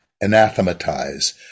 anathematize